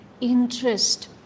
interest